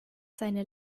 seine